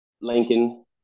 Lincoln